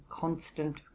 constant